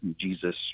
Jesus